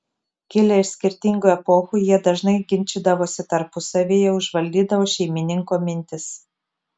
kilę iš skirtingų epochų jie dažnai ginčydavosi tarpusavyje užvaldydavo šeimininko mintis